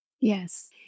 Yes